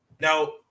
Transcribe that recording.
Now